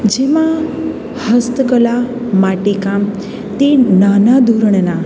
જેમાં હસ્તકળા માટીકામ તે નાના ધોરણેના